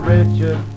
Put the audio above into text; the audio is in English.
Richard